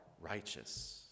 righteous